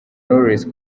knowless